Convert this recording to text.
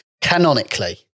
canonically